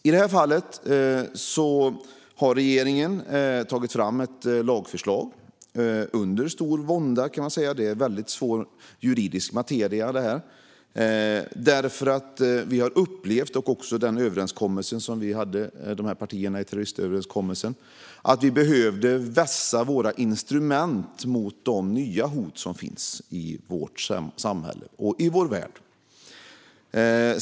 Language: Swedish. I det här fallet har regeringen tagit fram ett lagförslag - under stor vånda, kan man säga. Det är svår juridisk materia. I överenskommelsen mellan partierna uppfattade vi att vi behövde vässa våra instrument mot de nya hot som finns i vårt samhälle och i vår värld.